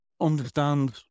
Understand